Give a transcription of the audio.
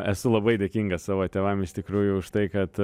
esu labai dėkingas savo tėvam iš tikrųjų už tai kad